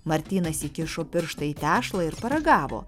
martynas įkišo pirštą į tešlą ir paragavo